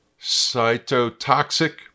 cytotoxic